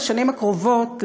בשנים הקרובות,